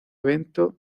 evento